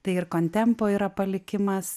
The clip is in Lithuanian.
tai ir kontempo yra palikimas